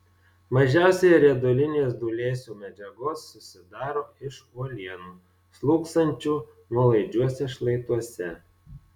mažiausiai riedulinės dūlėsių medžiagos susidaro iš uolienų slūgsančių nuolaidžiuose šlaituose